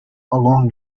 along